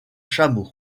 chameau